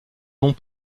noms